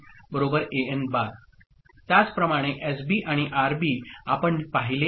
An An' त्याचप्रमाणे SB आणि RB आपण पाहिले आहेत